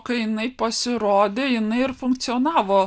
kai jinai pasirodė jinai ir funkcionavo